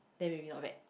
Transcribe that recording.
then will be not bad